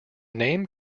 name